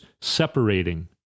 separating